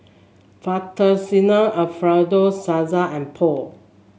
Fettuccine Alfredo Salsa and Pho